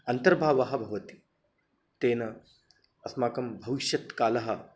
अन्तर्भावः भवति तेन अस्माकं भविष्यत्कालः